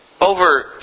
over